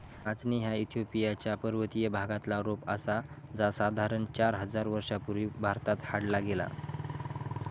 नाचणी ह्या इथिओपिया च्या पर्वतीय भागातला रोप आसा जा साधारण चार हजार वर्षां पूर्वी भारतात हाडला गेला